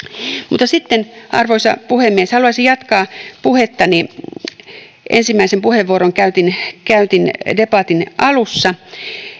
mutta sitten arvoisa puhemies haluaisin jatkaa puhettani ensimmäisen puheenvuoron käytin käytin debatin alussa